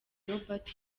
robert